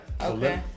Okay